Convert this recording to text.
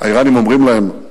האירנים אומרים להם: